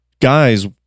guys